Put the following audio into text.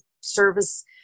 service